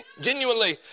genuinely